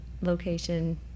location